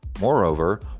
Moreover